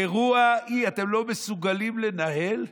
אירוע, אתם לא מסוגלים לנהל.